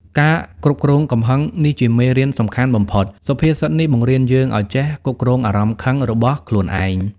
ការគ្រប់គ្រងកំហឹង នេះជាមេរៀនសំខាន់បំផុត សុភាសិតនេះបង្រៀនយើងឲ្យចេះ គ្រប់គ្រងអារម្មណ៍ខឹង របស់ខ្លួនឯង។